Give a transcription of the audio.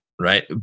Right